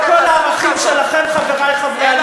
איש לא אשם בזה, אלה התנאים.